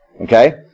Okay